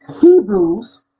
Hebrews